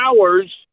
hours